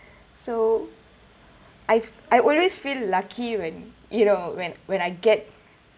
so I've I always feel lucky when you know when when I get